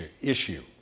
issue